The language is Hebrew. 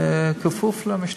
כפוף למשטרה.